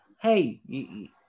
Hey